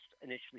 initially